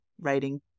writing